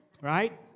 right